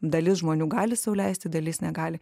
dalis žmonių gali sau leisti dalis negali